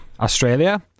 Australia